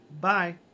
Bye